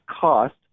cost